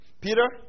Peter